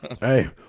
Hey